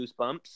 goosebumps